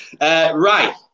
Right